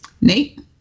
Nate